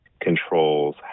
controls